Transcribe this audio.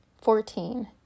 Fourteen